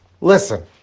listen